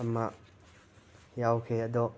ꯑꯃ ꯌꯥꯎꯈꯤ ꯑꯗꯣ